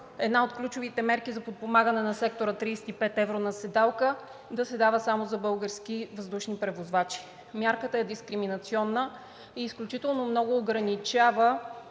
една от ключовите мерки за подпомагане на сектора – 35 евро на седалка да се дава само за български въздушни превозвачи. Мярката е дискриминационна и изключително много ограничава